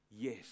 yes